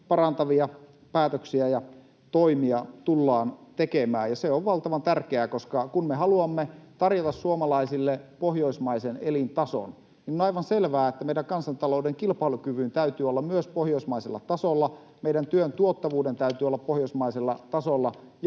parantavia päätöksiä ja toimia tullaan tekemään. Se on valtavan tärkeää, koska kun me haluamme tarjota suomalaisille pohjoismaisen elintason, niin on aivan selvää, että meidän kansantalouden kilpailukyvyn täytyy myös olla pohjoismaisella tasolla, meidän työn tuottavuuden täytyy olla pohjoismaisella tasolla,